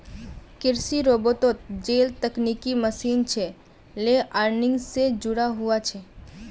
कृषि रोबोतोत जेल तकनिकी मशीन छे लेअर्निंग से जुदा हुआ छे